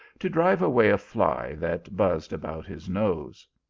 to drive away a fly that buzzed about his nose.